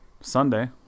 Sunday